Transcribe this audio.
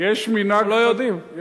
אנחנו לא יודעים.